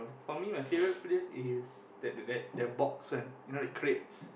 for me my favorite place is that that that that box one you know the crates